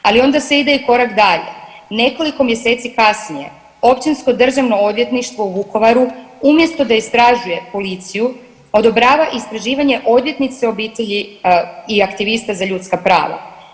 Ali onda se ide i korak dalje, nekoliko mjeseci kasnije Općinsko državno odvjetništvo u Vukovaru umjesto da istražuje policiju odobrava istraživanje odvjetnice obitelji i aktivista za ljudska prava.